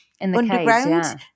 underground